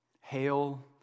Hail